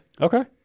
Okay